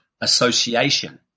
Association